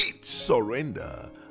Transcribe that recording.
surrender